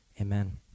amen